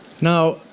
Now